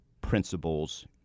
principles